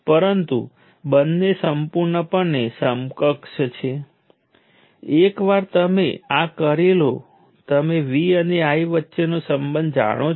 હવે આ N terminal element સાથે અન્ય કોઈ જોડાણ નથી